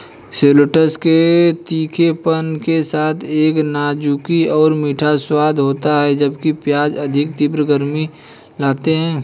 shallots में तीखेपन के साथ एक नाजुक और मीठा स्वाद होता है, जबकि प्याज अधिक तीव्र गर्मी लाते हैं